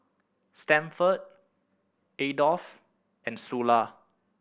Stanford Adolf and Sula